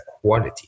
quality